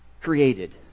created